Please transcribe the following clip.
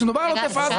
כאשר מדובר על עוטף עזה,